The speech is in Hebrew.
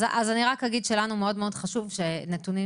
אז אני רק אגיד שלנו מאוד-מאוד חשוב שנתונים,